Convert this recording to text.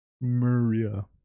Maria